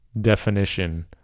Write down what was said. definition